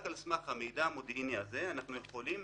רק על סמך המידע המודיעיני הזה אנחנו יכולים